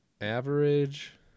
Average